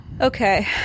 Okay